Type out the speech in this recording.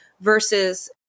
versus